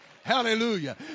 Hallelujah